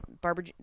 barbara